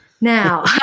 Now